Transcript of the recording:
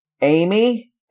Amy